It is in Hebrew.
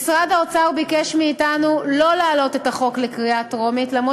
משרד האוצר ביקש מאתנו לא להעלות את החוק לקריאה טרומית אף